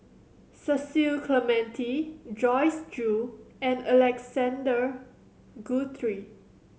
Cecil Clementi Joyce Jue and Alexander Guthrie